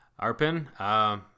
Arpin